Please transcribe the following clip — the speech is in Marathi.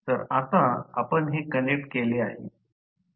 तर आता आपण हे कनेक्ट केले आहे